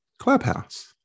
Clubhouse